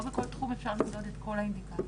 לא בכל תחום אפשר לבדוק את כל האינדיקטורים.